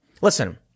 Listen